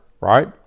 right